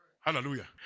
Hallelujah